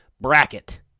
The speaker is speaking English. bracket